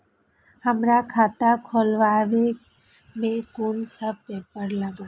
हमरा खाता खोलाबई में कुन सब पेपर लागत?